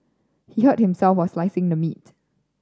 he hurt himself while slicing the meat